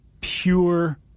pure